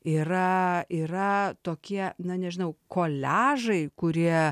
yra yra tokie na nežinau koliažai kurie